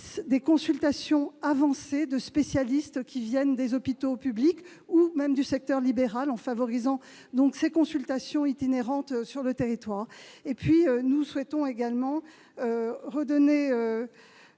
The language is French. des consultations avancées de spécialistes qui viennent des hôpitaux publics, ou même du secteur libéral, et de développer ces consultations itinérantes sur le territoire. Nous souhaitons également redonner